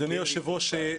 אדוני היושב-ראש,